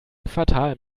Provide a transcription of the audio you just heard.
quartal